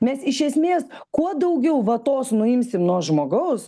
mes iš esmės kuo daugiau vatos nuimsim nuo žmogaus